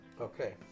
okay